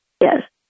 Yes